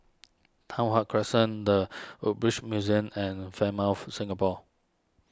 Tai Hwan Crescent the Woodbridge Museum and Fairmont Singapore